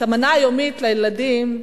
המנה היומית לילדים,